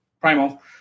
Primal